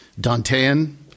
Dantean